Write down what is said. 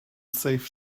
save